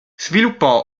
sviluppò